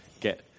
get